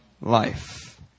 life